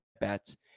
bats